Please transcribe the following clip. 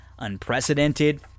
Unprecedented